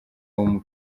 w’umu